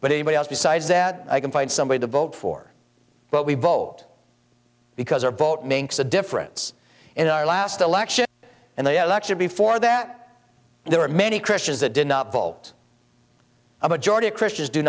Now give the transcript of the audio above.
but anybody else besides that i can find somebody to vote for but we vote because our vote makes a difference in our last election and they lectured before that there were many christians that did not bolt a majority of christians do